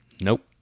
Nope